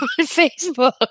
Facebook